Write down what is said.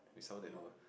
no